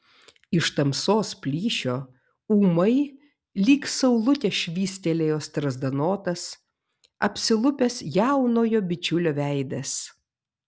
iš tamsos plyšio ūmai lyg saulutė švystelėjo strazdanotas apsilupęs jaunojo bičiulio veidas